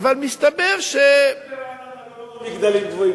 אבל מסתבר אפילו ברעננה בנו מגדלים גבוהים.